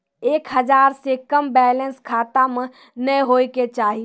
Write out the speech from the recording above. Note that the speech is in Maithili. एक हजार से कम बैलेंस खाता मे नैय होय के चाही